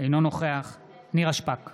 אינו נוכח נירה שפק,